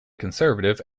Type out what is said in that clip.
conservative